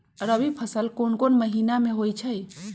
रबी फसल कोंन कोंन महिना में होइ छइ?